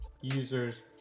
users